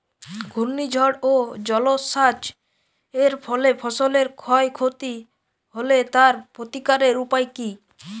ঘূর্ণিঝড় ও জলোচ্ছ্বাস এর ফলে ফসলের ক্ষয় ক্ষতি হলে তার প্রতিকারের উপায় কী?